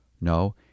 no